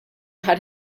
had